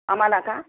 आम्हाला का